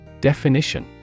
Definition